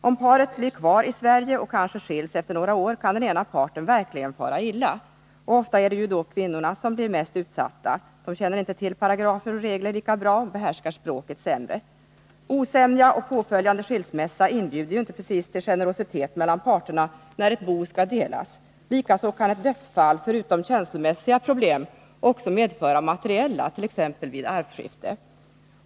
Om paret blir kvar i Sverige och kanske skiljs efter några år, kan den ena parten verkligen fara illa. Oftast är det kvinnorna som blir mest utsatta. De känner inte till paragrafer och regler lika bra och behärskar språket sämre. Osämja och påföljande skilsmässa inbjuder ju inte precis till generositet mellan parterna när ett bo skall delas. Likaså kan ett dödsfall medföra, förutom känslomässiga problem, också materiella, t.ex. vid arvsskifte.